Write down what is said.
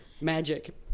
magic